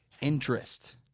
interest